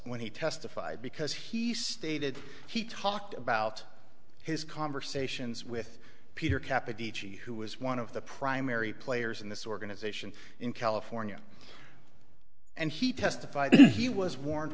when he testified because he stated he talked about his conversations with peter capital who was one of the primary players in this organization in california and he testified that he was warned